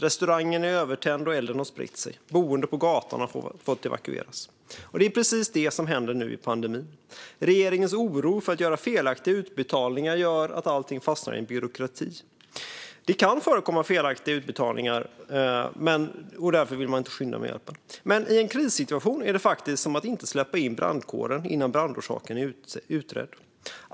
Restaurangen är övertänd, elden har spridit sig och boende på gatan har fått evakueras. Det är precis det som händer nu i pandemin. Regeringens oro för att göra felaktiga utbetalningar gör att allting fastnar i byråkratin. Det kan förekomma felaktiga utbetalningar, och därför vill man inte skynda med hjälpen, men i en krissituation är det faktiskt detsamma som att inte släppa in brandkåren innan brandorsaken är utredd.